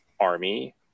army